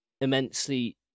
immensely